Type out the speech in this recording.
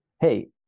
Hey